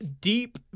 Deep